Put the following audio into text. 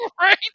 Right